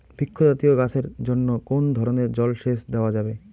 বৃক্ষ জাতীয় গাছের জন্য কোন ধরণের জল সেচ দেওয়া যাবে?